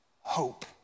hope